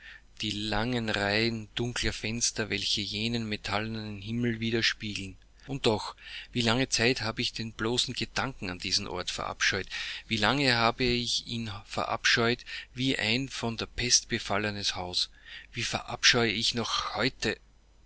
die langen reihen dunkler fenster welche jenen metallenen himmel widerspiegeln und doch wie lange zeit habe ich den bloßen gedanken an diesen ort verabscheut wie lange habe ich ihn verabscheut wie ein von der pest befallenes haus wie verabscheue ich noch heute